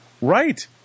right